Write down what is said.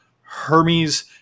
Hermes